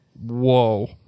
whoa